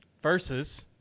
Versus